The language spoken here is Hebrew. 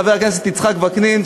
חבר הכנסת יצחק וקנין,